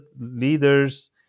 leaders